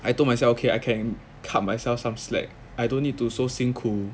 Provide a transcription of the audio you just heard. I told myself okay I can cut myself some slack I don't need to so 辛苦